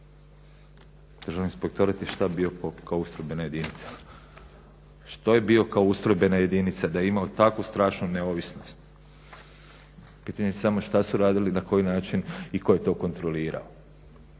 Državni inspektorat je što bio kao ustrojbena jedinica? Što je bio kao ustrojbena jedinica da je imao takvu strašnu neovisnost? Pitanje je samo što su radili, na koji način i tko je to kontrolirao?